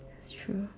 that's true